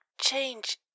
change